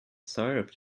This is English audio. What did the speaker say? syrup